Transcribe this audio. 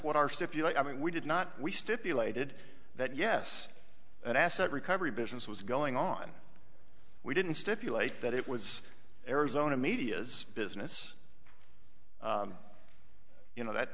know i mean we did not we stipulated that yes an asset recovery business was going on we didn't stipulate that it was arizona media's business you know